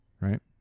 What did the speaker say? right